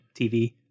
tv